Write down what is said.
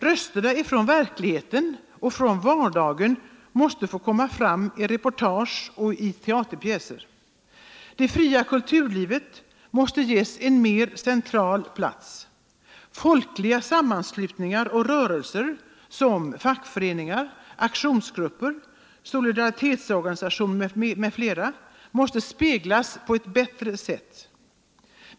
Rösterna från verkligheten och från vardagen måste få komma fram i reportage och teaterpjäser. Det fria kulturlivet måste ges en mer central plats. Folkliga sammanslutningar och rörelser som fackföreningar, aktionsgrupper, solidaritetsorganisationer m.fl. måste speglas på ett bättre sätt.